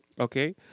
okay